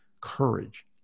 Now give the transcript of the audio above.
courage